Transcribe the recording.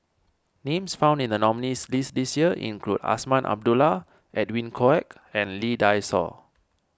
names found in the nominees' list this year include Azman Abdullah Edwin Koek and Lee Dai Soh